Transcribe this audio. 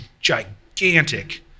gigantic